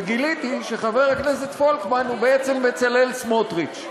וגיליתי שחבר הכנסת פולקמן הוא בעצם בצלאל סמוטריץ.